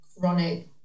chronic